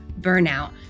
burnout